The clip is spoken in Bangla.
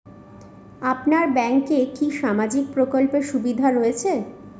আপনার ব্যাংকে কি সামাজিক প্রকল্পের সুবিধা রয়েছে?